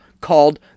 called